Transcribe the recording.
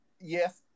yes